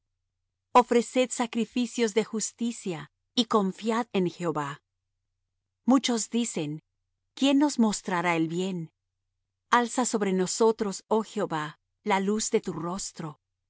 ofreced sacrificios de justicia y confiad en jehová muchos dicen quién nos mostrará el bien alza sobre nosotros oh jehová la luz de tu rostro tú